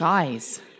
guys